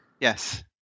Yes